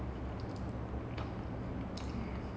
oh ya someone else told me about allu arjun also